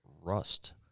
rust